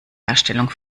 herstellung